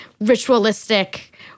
ritualistic